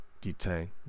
detain